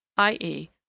i e.